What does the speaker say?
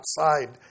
outside